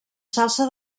salsa